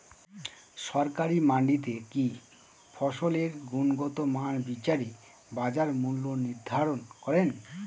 সরকারি মান্ডিতে কি ফসলের গুনগতমান বিচারে বাজার মূল্য নির্ধারণ করেন?